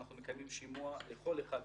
אנחנו מקיימים שימוע לכל אחד מהאנשים.